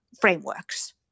frameworks